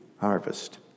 harvest